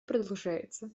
продолжается